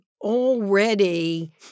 already